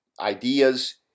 ideas